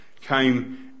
came